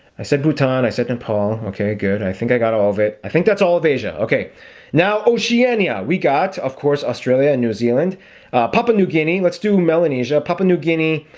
i said bhutan i said nepal okay good. i think i got all of it i think that's all of asia okay now oceania. we got of course australia and new zealand papua new guinea, let's do melanesia papua new guinea?